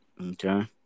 Okay